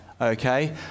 okay